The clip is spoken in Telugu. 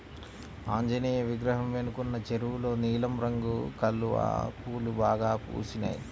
ఆంజనేయ విగ్రహం వెనకున్న చెరువులో నీలం రంగు కలువ పూలు బాగా పూసినియ్